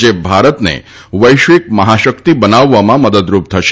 જે ભારતને વૈશ્વિક મહાશક્તિ બનાવવામાં મદદરૂપ થશે